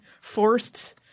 forced